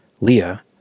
Leah